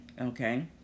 okay